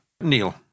Neil